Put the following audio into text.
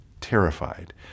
terrified